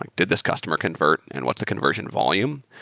like did this customer convert and what's the conversion volume?